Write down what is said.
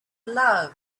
love